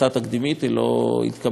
שלא התקבלה בממשלות אחרות.